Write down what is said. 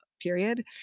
period